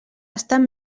estan